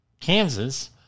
Kansas